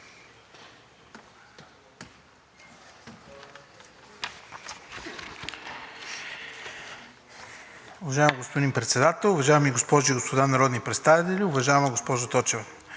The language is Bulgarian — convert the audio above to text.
Уважаеми господин Председател, уважаеми госпожи и господа народни представители! Уважаема госпожо